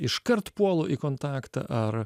iškart puolu į kontaktą ar